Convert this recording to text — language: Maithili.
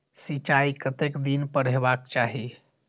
सिंचाई कतेक दिन पर हेबाक चाही?